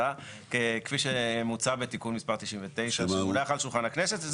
כפי שמוצע בתיקון מספר 29 שמונח על שולחן הכנסת.